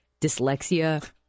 dyslexia